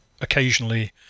occasionally